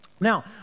Now